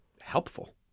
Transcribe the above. helpful